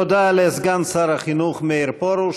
תודה לסגן שר החינוך מאיר פרוש.